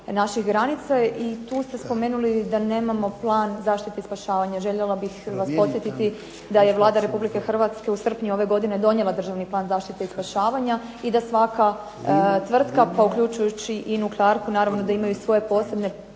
naših granica i tu ste spomenuli da nemamo plan zaštite i spašavanja. Željela bih vas podsjetiti da je Vlada Republike Hrvatske u srpnju ove godine donijela Državni plan zaštite i spašavanje i da svaka tvrtka pa uključujući i nuklearku naravno da imaju svoje posebne